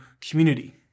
community